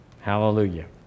Hallelujah